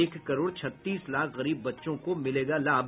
एक करोड़ छत्तीस लाख गरीब बच्चों को मिलेगा लाभ